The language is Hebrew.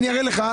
בסדר.